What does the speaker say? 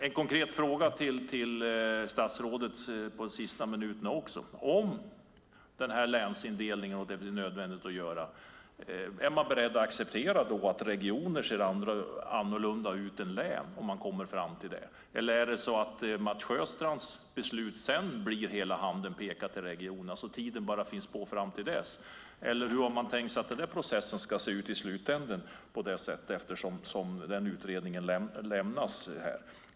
En konkret fråga till statsrådet på den sista minuten är: Om det blir nödvändigt att göra den här länsindelningen, är man då beredd att acceptera att regioner ser annorlunda ut än län, om man kommer fram till det? Eller är det Mats Sjöstrands beslut som sedan blir hela handen som pekar på regionerna och det bara finns tid fram till dess? Eller hur har man tänkt sig att processen ska se ut i slutänden, eftersom den utredningen lämnas här?